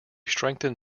strengthen